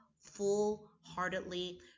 full-heartedly